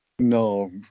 No